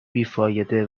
بیفایده